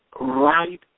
right